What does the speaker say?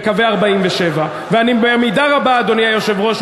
בקווי 47'. אדוני היושב-ראש,